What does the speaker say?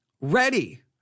ready